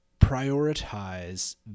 prioritize